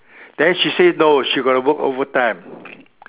then she say no she got to work over time